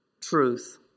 truth